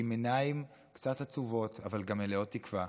עם עיניים קצת עצובות אבל גם מלאות תקווה,